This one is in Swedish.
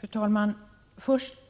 Fru talman!